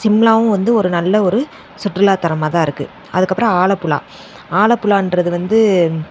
சிம்லாவும் வந்து ஒரு நல்ல ஒரு சுற்றுலாத்தலமாக தான் இருக்குது அதுக்கப்புறம் ஆலப்புழா ஆலப்புழாகிறது வந்து